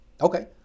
okay